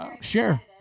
Share